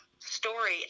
story